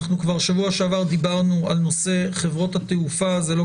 בשבוע שעבר כבר דיברנו על נושא חברות התעופה זה לא